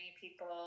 people